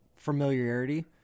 familiarity